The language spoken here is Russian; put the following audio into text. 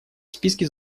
списке